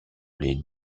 les